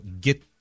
get